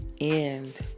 end